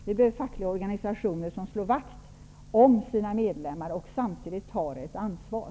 Vi behöver fackliga organisationer som slår vakt om sina medlemmar och samtidigt tar ett ansvar.